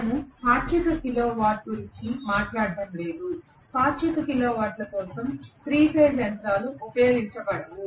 మనము పాక్షిక kilowatt గురించి మాట్లాడటం లేదు పాక్షిక కిలో వాట్ల కోసం 3 ఫేజ్ యంత్రాలు ఉపయోగించబడవు